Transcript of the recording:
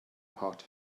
pot